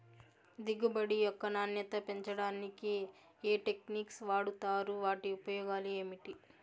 దిగుబడి యొక్క నాణ్యత పెంచడానికి ఏ టెక్నిక్స్ వాడుతారు వాటి ఉపయోగాలు ఏమిటి?